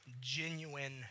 genuine